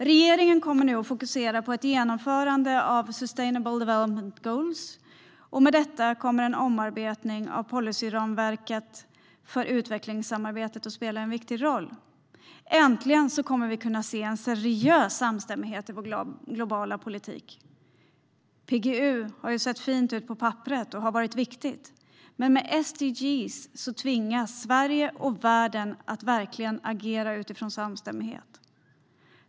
Regeringen kommer nu att fokusera på ett genomförande av sustainable development goals, och med det kommer en omarbetning av policyramverket för utvecklingssamarbetet att spela en viktig roll. Äntligen kommer vi att kunna se en seriös samstämmighet i vår globala politik. PGU har sett fint ut på papperet och varit viktigt, men med sustainable development goals tvingas Sverige och världen att verkligen agera utifrån samstämmighet.